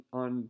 on